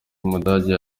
umudage